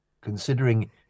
considering